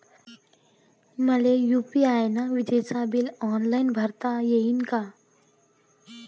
मले यू.पी.आय न विजेचे बिल ऑनलाईन भरता येईन का?